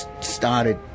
started